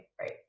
right